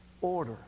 order